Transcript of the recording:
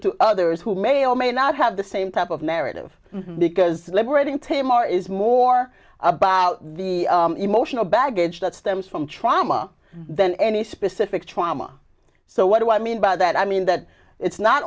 to others who may or may not have the same type of narrative because deliberating to a more is more about the emotional baggage that stems from trauma than any specific trauma so what do i mean by that i mean that it's not